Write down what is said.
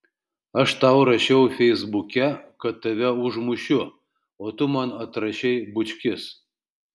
aš tau rašiau feisbuke kad tave užmušiu o tu man atrašei bučkis